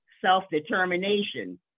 self-determination